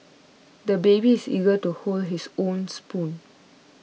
the baby is eager to hold his own spoon